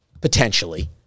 potentially